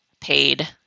paid